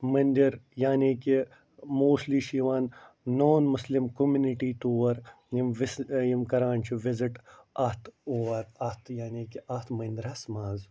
مٔندِر یعنی کہِ موسلی چھِ یِوان نان مسلِم کُمنِٹی تور یِم وِسہٕ یِم کَران چھِ وِزِٹ اَتھ اور اَتھ یعنی کہِ اَتھ مٔنٛدرِس منٛز